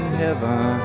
heaven